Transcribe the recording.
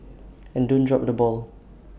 and don't drop the ball